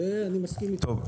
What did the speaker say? אני מסכים איתו בזה.